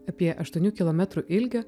apie aštuonių kilometrų lgio